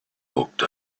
looked